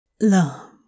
love